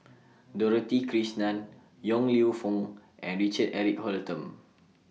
Dorothy Krishnan Yong Lew Foong and Richard Eric Holttum